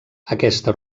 aquesta